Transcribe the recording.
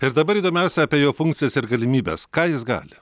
ir dabar įdomiausia apie jo funkcijas ir galimybes ką jis gali